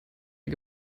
die